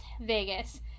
Vegas